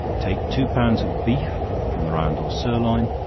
take two pounds of beef from the round or sirloin,